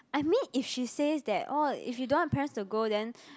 I mean if she says that oh if you don't want your parents to go then